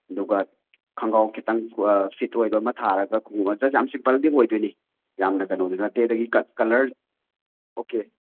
ꯑꯗꯨꯒ ꯈꯣꯡꯒ꯭ꯔꯥꯎ ꯈꯤꯇꯪ ꯐꯤꯠ ꯑꯣꯏꯕ ꯑꯃ ꯊꯥꯔꯒ ꯖꯁ ꯌꯥꯝ ꯁꯤꯝꯄꯜꯗꯤ ꯑꯣꯏꯗꯣꯏꯅꯤ ꯌꯥꯝꯅ ꯀꯩꯅꯣꯗꯤ ꯅꯠꯇꯦ ꯑꯗꯒꯤ ꯀꯂꯔ ꯑꯣꯀꯦ